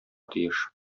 тиеш